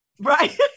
right